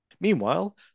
Meanwhile